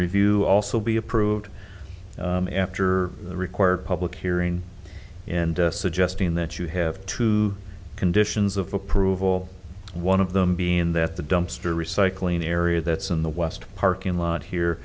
review also be approved after the required public hearing and suggesting that you have two conditions of approval one of them being that the dumpster recycling area that's in the west parking lot here